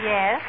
Yes